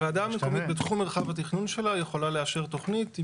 הוועדה בתחום מרחב התכנון שלה יכולה לאשר תכנית.